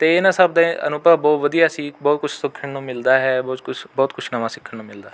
ਅਤੇ ਇਨ੍ਹਾਂ ਸਭ ਦੇ ਅਨੁਭਵ ਬਹੁਤ ਵਧੀਆ ਸੀ ਬਹੁਤ ਕੁਛ ਸਿੱਖਣ ਨੂੰ ਮਿਲਦਾ ਹੈ ਬਹੁਤ ਕੁਛ ਬਹੁਤ ਕੁਛ ਨਵਾਂ ਸਿੱਖਣ ਨੂੰ ਮਿਲਦਾ ਹੈ